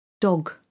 Dog